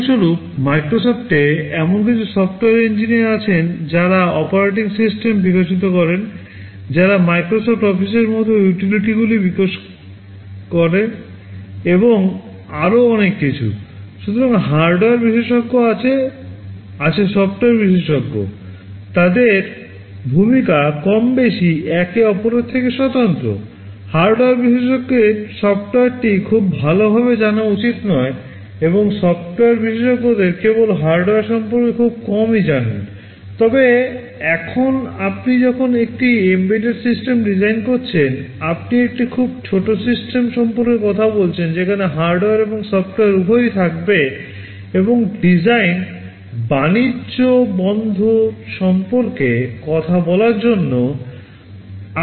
উদাহরণস্বরূপ মাইক্রোসফ্টে সম্পর্কে কথা বলার জন্য উভয়ই বলতে হবে